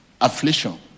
affliction